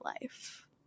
life